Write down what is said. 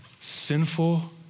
sinful